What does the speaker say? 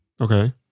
Okay